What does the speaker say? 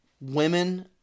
women